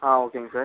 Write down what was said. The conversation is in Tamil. ஆ ஓகேங்க சார்